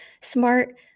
smart